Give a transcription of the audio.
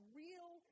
real